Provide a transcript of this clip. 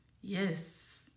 Yes